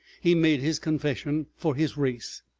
he made his confession for his race.